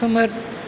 खोमोर